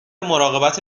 مراقبت